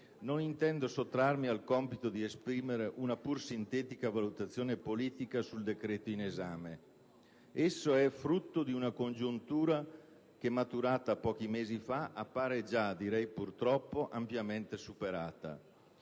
non intendo sottrarmi al compito di esprimere una pur sintetica valutazione politica sul decreto in esame. Esso è frutto di una congiuntura che, maturata pochi mesi fa, appare già - direi purtroppo - ampiamente superata: